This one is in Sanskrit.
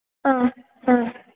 आम् हा